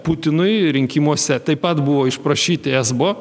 putinui rinkimuose taip pat buvo išprašyti esbo